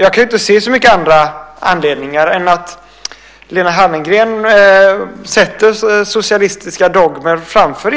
Jag kan inte se så många andra anledningar än att Lena Hallengren sätter socialistiska dogmer framför